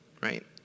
right